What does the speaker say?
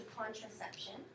contraception